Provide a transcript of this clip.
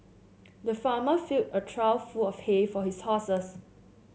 the farmer filled a trough full of hay for his horses